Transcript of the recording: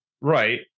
Right